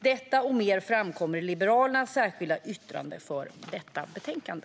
Detta och mer framkommer i Liberalernas särskilda yttrande i detta betänkande.